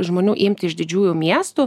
žmonių imtį iš didžiųjų miestų